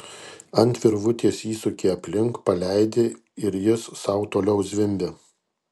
ant virvutės įsuki aplink paleidi ir jis sau toliau zvimbia